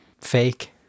fake